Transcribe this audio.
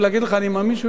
אני מאמין שהוא ינצח בסוף,